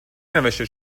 نوشته